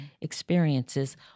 experiences